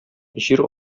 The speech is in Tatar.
җир